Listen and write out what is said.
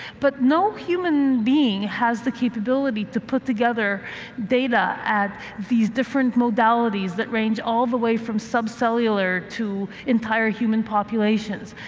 but no human being has the capability to put together data at these different modalities that range all the way from subcellular to entire human populations.